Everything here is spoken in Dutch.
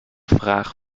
vraag